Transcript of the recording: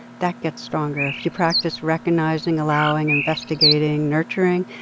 that gets stronger. if you practice recognizing, allowing, investigating, nurturing,